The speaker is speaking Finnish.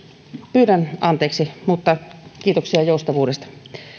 pyydän anteeksi mutta kiitoksia joustavuudesta